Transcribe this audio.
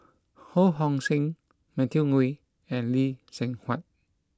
Ho Hong Sing Matthew Ngui and Lee Seng Huat